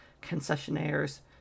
concessionaires